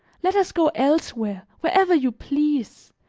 let us go elsewhere, wherever you please,